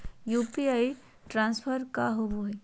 UPI transfer का होव हई?